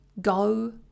go